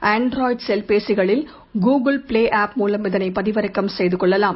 Android செல்பேசிகளில் Google Play app மூலம் இதனை பதிவிறக்கம் செய்து கொள்ளலாம்